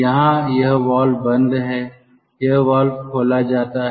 यहां यह वाल्व बंद है यह वाल्व खोला जाता है